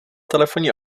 telefonní